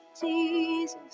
Jesus